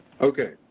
Okay